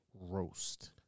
roast